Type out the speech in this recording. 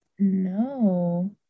no